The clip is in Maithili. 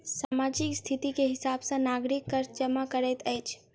सामाजिक स्थिति के हिसाब सॅ नागरिक कर जमा करैत अछि